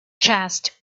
chest